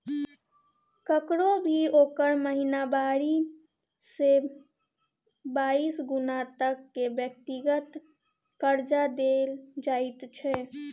ककरो भी ओकर महिनावारी से बाइस गुना तक के व्यक्तिगत कर्जा देल जाइत छै